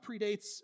predates